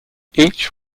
each